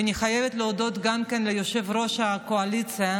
ואני חייבת להודות גם ליושב-ראש הקואליציה,